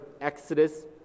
Exodus